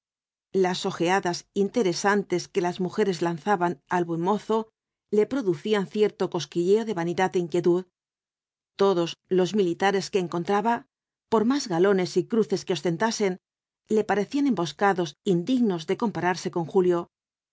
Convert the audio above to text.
las ojeadas interesantes que las mujeres lanzaban al buen mozo le producían cierto cosquilleo de vanidad é inquietud todos los militares que encontraba por más galones y cruces que ostentasen le parecían emboscados indignos de compararse con julio